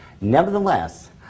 Nevertheless